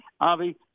Avi